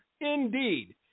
Indeed